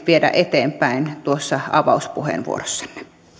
viedä eteenpäin tuossa avauspuheenvuorossanne